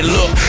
Look